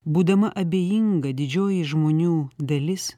būdama abejinga didžioji žmonių dalis